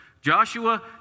Joshua